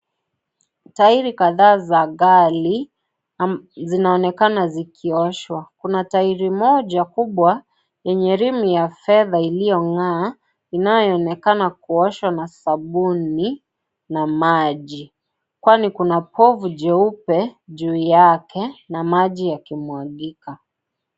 Tairi kadha za gari zinaonekana zikioshwa. Kuna tairi moja kubwa yenye rimu ya fedha iliongaa, inayoonekana kuoshwa na sabuni na maji. Kwani kuna povu jeupe juu yake na maji yakimwagika.